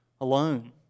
alone